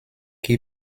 qui